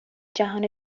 جهان